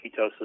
ketosis